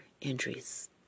injuries